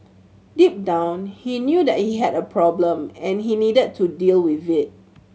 deep down he knew that he had a problem and he needed to deal with it